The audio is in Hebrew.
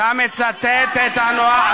ואתה היית, אתה מצטט את אנואר.